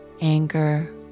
anger